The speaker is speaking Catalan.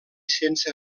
sense